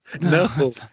No